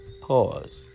Pause